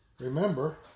Remember